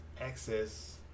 Access